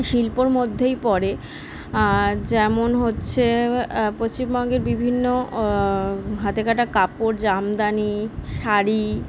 শিল্পর মধ্যেই পড়ে যেমন হচ্ছে পশ্চিমবঙ্গের বিভিন্ন হাতে কাটা কাপড় জামদানি শাড়ি